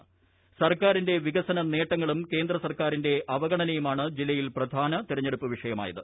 സ്ഥർക്കാരിന്റെ വികസന നേട്ടങ്ങളും കേന്ദ്ര സർക്കാരിന്റെ അവഗണനയുമാണ് ജില്ലയിൽ പ്രധാന തെരഞ്ഞെടുപ്പ് വിഷയമായത്